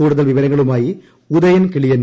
കൂടുതൽ വിവരങ്ങളുമായി ഉദയൻ കിളിയന്നൂർ